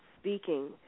speaking